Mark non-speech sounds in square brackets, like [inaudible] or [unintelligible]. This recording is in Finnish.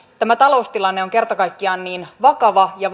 tämä taloustilanne on kerta kaikkiaan niin vakava ja [unintelligible]